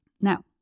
Now